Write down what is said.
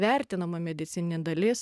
vertinama medicininė dalis